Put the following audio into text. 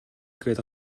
гээд